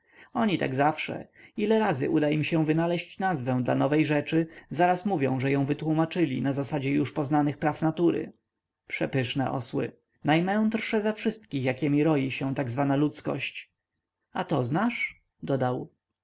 oni tak zawsze ile razy uda im się wynaleźć nazwę dla nowej rzeczy zaraz mówią że ją wytłómaczyli na zasadzie już poznanych praw natury przepyszne osły najmędrsze ze wszystkich jakiemi roi się tak zwana ludzkość a to znasz dodał